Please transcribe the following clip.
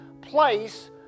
place